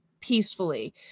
peacefully